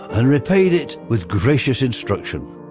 and repaid it with gracious instruction.